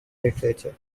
literature